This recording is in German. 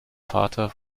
vater